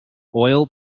oil